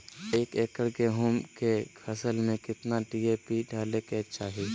एक एकड़ गेहूं के फसल में कितना डी.ए.पी डाले के चाहि?